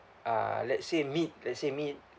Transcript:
uh let's say meat let's say meat